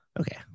Okay